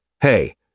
Hey